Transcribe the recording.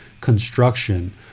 construction